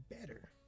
better